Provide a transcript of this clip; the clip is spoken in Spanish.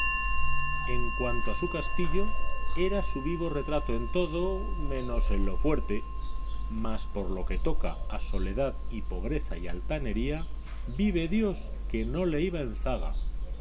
en cuanto a su castillo era su vivo retrato en todo menos en lo fuerte mas por lo que toca a soledad y pobreza y altanería vive dios que no le iba en zaga